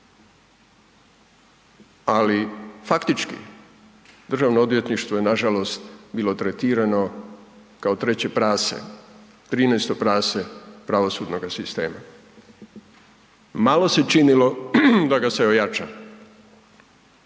ali faktički DORH je nažalost bilo tretirano kao treće prase, 13. prase pravosudnoga sistema. Malo se činilo da ga se ojača.